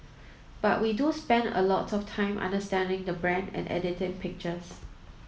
but we do spend a lot of time understanding the brand and editing pictures